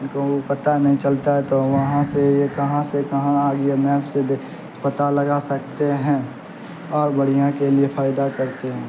کہوں پتہ نہیں چلتا ہے تو وہاں سے یہ کہاں سے کہاں آئیے میپ سے پتہ لگا سکتے ہیں اور بڑھیاں کے لیے فائدہ کرتے ہیں